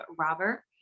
Robert